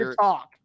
talk